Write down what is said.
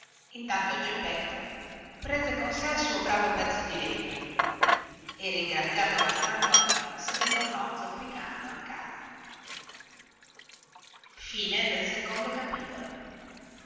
intanto geppetto prese con se il suo bravo pezzo di legno e ringraziato mastrantonio se ne tornò zoppicando a casa geppetto tornato a